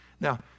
Now